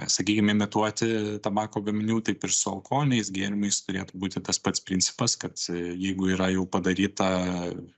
sakykim imituoti tabako gaminių taip ir su alkoholiniais gėrimais turėtų būti tas pats principas kad jeigu yra jau padaryta